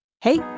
Hey